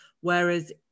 Whereas